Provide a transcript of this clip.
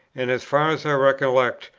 and, as far as i recollect,